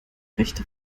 rechte